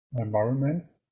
environments